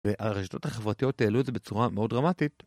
והרשתות החברתיות העלו את זה בצורה מאוד דרמטית